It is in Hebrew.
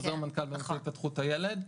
חוזר מנכ"ל בנושא התפתחות הילד,